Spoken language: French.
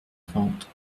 trente